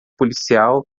policial